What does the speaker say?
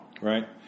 Right